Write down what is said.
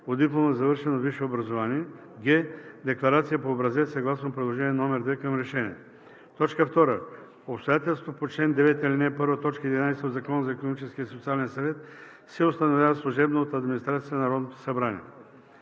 диплома за завършено висше образование; г) декларация по образец съгласно приложение № 2 към решението. 2. Обстоятелството по чл. 9, ал. 1, т. 11 от Закона за Икономическия и социален съвет, се установява служебно от администрацията на Народното събрание.